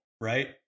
right